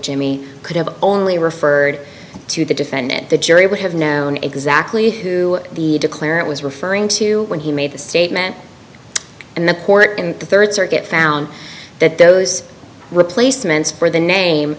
jimmy could have only referred to the defendant the jury would have nown exactly who the declarant was referring to when he made the statement and the court in the rd circuit found that those replacements for the name